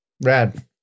Rad